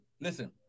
listen